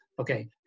Okay